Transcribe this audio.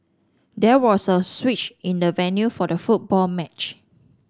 there was a switch in the venue for the football match